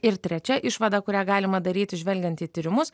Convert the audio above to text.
ir trečia išvada kurią galima daryti žvelgiant į tyrimus